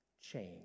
change